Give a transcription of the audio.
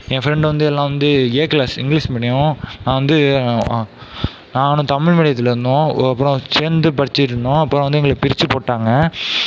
என் friend வந்து எல்லாம் வந்து ஏ கிளாஸு இங்கிலிஷ் மீடியோம் அவன் வந்து நானும் தமிழ் மீடியத்தில் இருந்தோம் அப்றம் சேர்ந்து படிச்சுட்டு இருந்தோம் அப்றம் வந்து எங்களை பிரித்து போட்டாங்க